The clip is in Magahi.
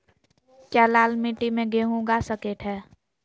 क्या लाल मिट्टी में गेंहु उगा स्केट है?